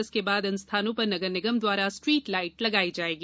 जिसके बाद इन स्थानों पर नगर निगम द्वारा स्ट्रीट लाईट लगाई जायेगी